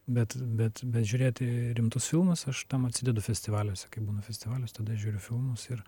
bet bet bet žiūrėti rimtus filmus aš tam atsidedu festivaliuose kai būnu festivaliuose tada žiūriu filmus ir